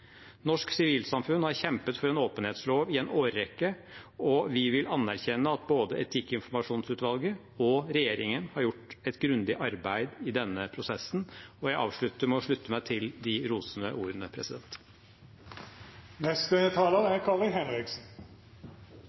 Norsk sivilsamfunn har kjempet for en åpenhetslov i en årrekke, og vi vil anerkjenne at både etikkinformasjonsutvalget og regjeringen har gjort et grundig arbeid i denne prosessen.» Jeg avslutter med å slutte meg til de rosende ordene.